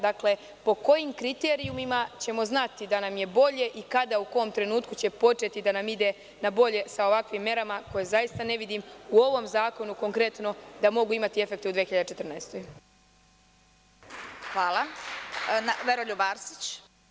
Dakle, po kojim kriterijumima ćemo znati da nam je bolje i kada, u kom trenutku će početi da nam ide na bolje sa ovakvim merama za koje ne vidim u ovom zakonu da mogu imati efekte u 2014. godini.